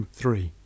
three